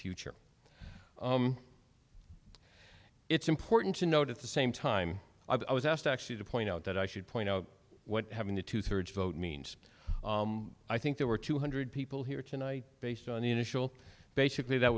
future and it's important to note at the same time i was asked actually to point out that i should point out what having the two thirds vote means i think there were two hundred people here tonight based on the initial basically that